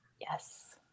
Yes